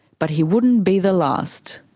but he wouldn't be the last.